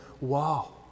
wow